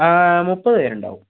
മുപ്പത് പേരുണ്ടാവും